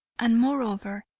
and moreover,